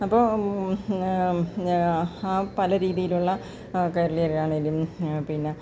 അപ്പോൾ പല രീതിയിൽ ഉള്ള കേരളീയരാണേലും പിന്നെ